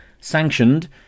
sanctioned